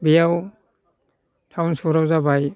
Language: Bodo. बेयाव टाउन सहराव जाबाय